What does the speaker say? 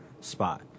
spot